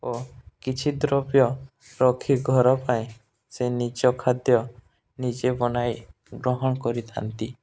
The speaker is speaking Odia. ଓ କିଛି ଦ୍ରବ୍ୟ ରଖି ଘର ପାଇଁ ସେ ନିଜ ଖାଦ୍ୟ ନିଜେ ବନାଇ ଗ୍ରହଣ କରିଥାନ୍ତି